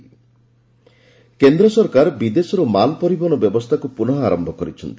corona PPE କେନ୍ଦ୍ର ସରକାର ବିଦେଶରୁ ମାଲ ପରିବହନ ବ୍ୟବସ୍ଥାକୁ ପୁନଃ ଆରମ୍ଭ କରିଛନ୍ତି